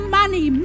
money